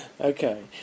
Okay